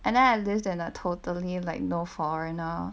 and then I lived in like a totally like no foreigner